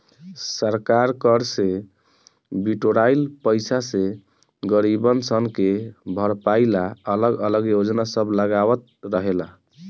सरकार कर से बिटोराइल पईसा से गरीबसन के भलाई ला अलग अलग योजना सब लगावत रहेला